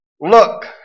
look